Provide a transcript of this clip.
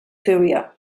period